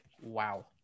wow